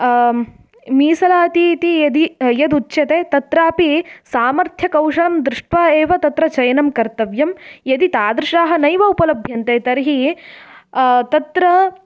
मीसलाति इति यदि यदुच्यते तत्रापि सामर्थ्यकौशलं दृष्ट्वा एव तत्र चयनं कर्तव्यं यदि तादृशाः नैव उपलभ्यन्ते तर्हि तत्र